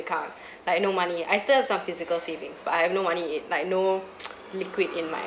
account like no money I still have some physical savings but I have no money in it like no liquid in my